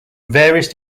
various